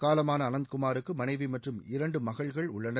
காலமான அனந்த் குமாருக்கு மனைவி மற்றும் இரண்டு மகள்கள் உள்ளனர்